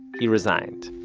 he resigned.